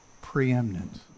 preeminent